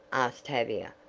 asked tavia,